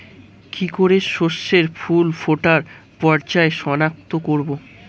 কি করে শস্যের ফুল ফোটার পর্যায় শনাক্ত করব?